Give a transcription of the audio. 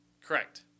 Correct